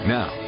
Now